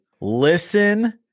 Listen